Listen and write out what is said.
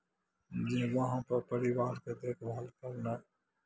जे वहाँपर परिवारके देखभाल करनाइ